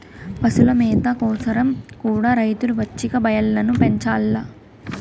పశుల మేత కోసరం కూడా రైతులు పచ్చిక బయల్లను పెంచాల్ల